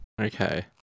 Okay